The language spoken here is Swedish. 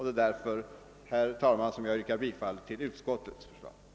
Det är därför, herr talman, jag yrkar bifall till utskottets förslag.